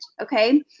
okay